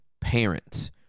parents